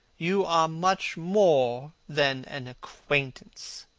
you are much more than an acquaintance.